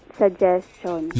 suggestion